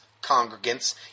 congregants